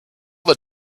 that